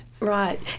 Right